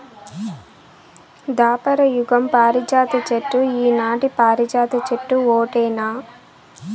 దాపర యుగం పారిజాత చెట్టు ఈనాటి పారిజాత చెట్టు ఓటేనా